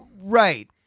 right